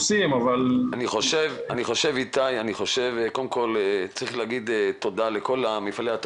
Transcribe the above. אני אומר שלום לכל מי שמשתתף איתנו